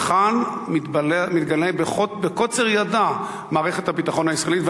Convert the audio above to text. וכאן מתגלה בקוצר ידה מערכת הביטחון הישראלית.